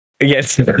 Yes